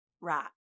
Right